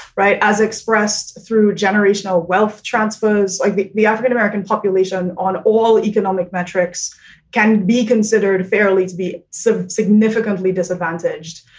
right. as expressed through generational wealth transfers, like the the african-american population on all economic metrics can be considered fairly to be so significantly disadvantaged.